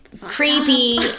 creepy